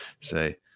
say